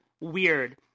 weird